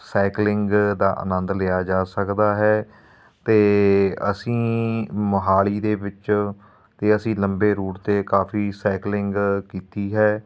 cycling ਦਾ ਆਨੰਦ ਲਿਆ ਜਾ ਸਕਦਾ ਹੈ ਅਤੇ ਅਸੀਂ ਮੋਹਾਲੀ ਦੇ ਵਿੱਚ ਅਤੇ ਅਸੀਂ ਲੰਬੇ ਰੂਟ 'ਤੇ ਕਾਫੀ ਸਾਈਕਲਿੰਗ ਕੀਤੀ ਹੈ